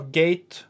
gate